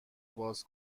باز